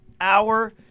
hour